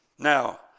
Now